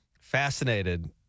fascinated